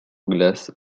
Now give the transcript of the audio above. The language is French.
glace